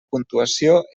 puntuació